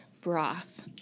broth